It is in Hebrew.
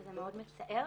וזה מאוד מצער,